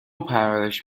پرورش